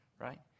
right